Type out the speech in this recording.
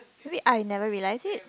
maybe I never realize it